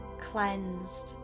cleansed